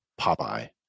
Popeye